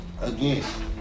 again